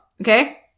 Okay